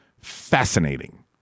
fascinating